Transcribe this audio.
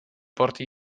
porti